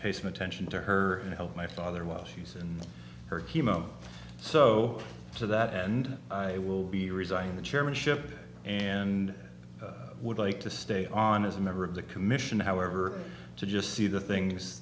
pay some attention to her and help my father while she's in her chemo so to that end i will be resigning the chairmanship and would like to stay on as a member of the commission however to just see the things